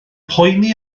poeni